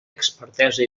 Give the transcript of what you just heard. expertesa